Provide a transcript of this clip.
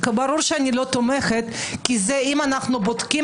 ברור שאני לא תומכת כי אם אנחנו בודקים